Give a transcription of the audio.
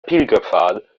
pilgerpfad